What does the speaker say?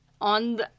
On